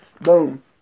boom